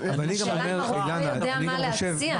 אבל לרופא יש מה להציע?